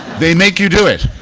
they make you do it.